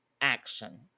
action